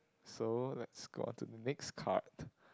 so let's go on to the next card